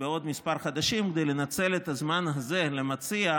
בעוד כמה חודשים כדי שהמציע ינצל את הזמן הזה לבוא